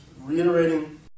reiterating